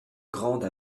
grande